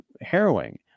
harrowing